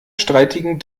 streitigen